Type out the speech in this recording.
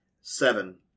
seven